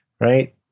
right